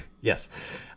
Yes